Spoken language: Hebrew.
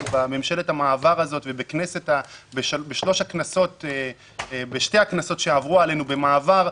מממשלת המעבר הזאת ומשתי הכנסות שעברו עלינו במעבר,